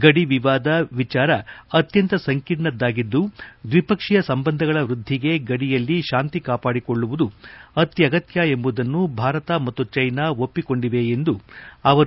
ಗಡಿವಿವಾದ ವಿಚಾರ ಅತ್ಯಂತ ಸಂಕೀರ್ಣದ್ದಾಗಿದ್ದು ದ್ವಿಪಕ್ಷೀಯ ಸಂಬಂಧಗಳ ವೃದ್ಧಿಗೆ ಗಡಿಯಲ್ಲಿ ಶಾಂತಿ ಕಾಪಾಡಿಕೊಳ್ಳುವುದು ಅತ್ಯಗತ್ತ ಎಂಬುದನ್ನು ಭಾರತ ಮತ್ತು ಜೀನಾ ಒಪ್ಪಿಕೊಂಡಿವೆ ಎಂದರು